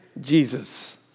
Jesus